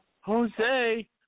Jose